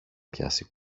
πιάσει